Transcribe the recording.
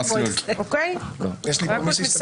שופטים ואני מזכירה שבוועדה יש גם חברי